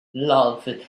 love